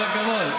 כל הכבוד.